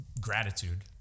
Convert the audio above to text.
gratitude